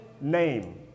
name